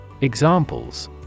Examples